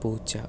പൂച്ച